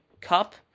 cup